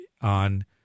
on